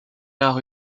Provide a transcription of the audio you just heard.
now